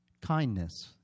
Kindness